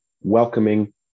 welcoming